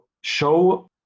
show